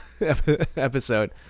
episode